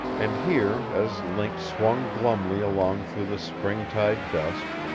and here, as link swung glumly along through the springtide dusk,